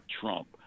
Trump